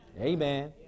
Amen